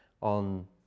on